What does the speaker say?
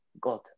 God